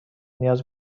نیاز